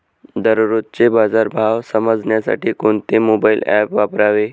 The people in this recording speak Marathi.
दररोजचे बाजार भाव समजण्यासाठी कोणते मोबाईल ॲप वापरावे?